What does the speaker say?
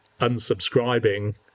unsubscribing